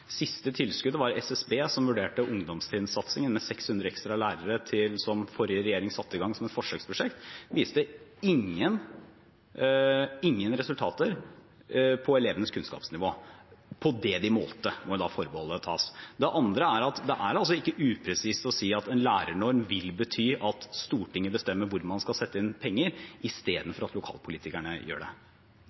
Siste tilskudd var SSB, som vurderte ungdomstrinnssatsingen med 600 ekstra lærere, som forrige regjering satte i gang som et forsøksprosjekt, og den viste ingen resultater når det gjaldt elevenes kunnskapsnivå, av det de målte – det forbeholdet må tas. Det andre er at det er ikke upresist å si at en lærernorm vil bety at Stortinget bestemmer hvor man skal sette inn penger, i stedet for at lokalpolitikerne gjør det.